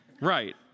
Right